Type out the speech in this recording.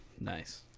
nice